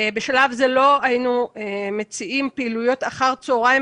בשלב זה לא היינו מציעים פעילויות אחר-הצוהריים